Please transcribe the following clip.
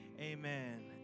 amen